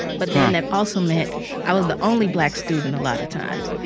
but then, that also meant i was the only black student a lot of times.